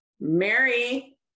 Mary